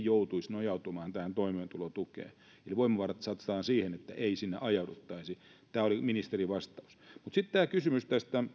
joutuisi nojautumaan tähän toimeentulotukeen eli voimavarat satsataan siihen että ei sinne ajauduttaisi tämä oli ministerin vastaus mutta sitten tämä kysymys